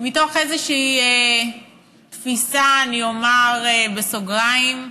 מתוך איזושהי תפיסה, אני אומר בסוגריים,